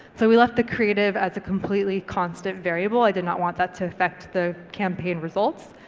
so we left the creative as a completely constant variable. i did not want that to affect the campaign results.